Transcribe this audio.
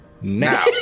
now